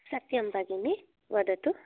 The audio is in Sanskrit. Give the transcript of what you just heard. सत्यं भगिनी वदतु